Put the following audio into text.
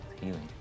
healing